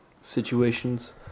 Situations